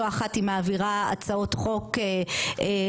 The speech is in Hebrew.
לא אחת היא מעבירה הצעות חוק לוועדות